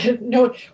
no